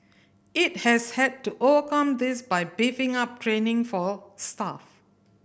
it has had to overcome this by beefing up training for staff